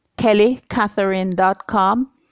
KellyCatherine.com